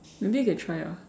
maybe you can try ah